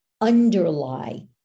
underlie